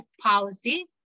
policy